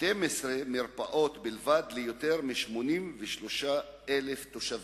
12 מרפאות בלבד ליותר מ-83,000 תושבים,